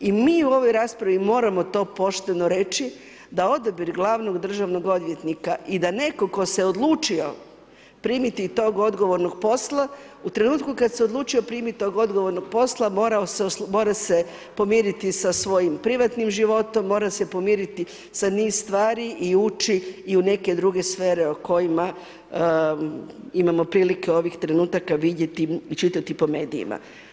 I moramo u ovoj raspravi moramo to pošteno reći da odabir glavnog državnog odvjetnika i da netko tko se odlučio primiti tog odgovornog posla u trenutku kada se odlučio primiti tog odgovornog posla mora se pomiriti sa svojim privatnim životom, mora se pomiriti sa niz stvari i ući u neke druge sfere o kojima imamo prilike ovih trenutaka vidjeti i čitati po medijima.